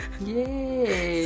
Yay